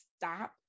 stop